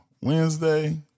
Wednesday